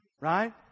right